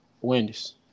Wendy's